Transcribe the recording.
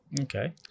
okay